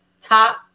top